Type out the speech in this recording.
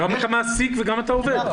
גם את המעסיק וגם את העובד.